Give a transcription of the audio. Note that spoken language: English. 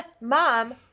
Mom